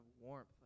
warmth